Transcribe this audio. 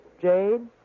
jade